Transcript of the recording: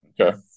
Okay